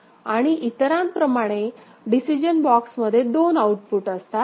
आणि इतरांप्रमाणे decision box मध्ये दोन आउटपुट असतात